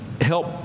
help